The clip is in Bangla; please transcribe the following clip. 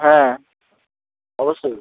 হ্যাঁ অবশ্যই